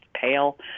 pale